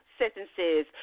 sentences